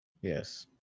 Yes